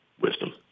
wisdom